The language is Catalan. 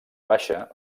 baixa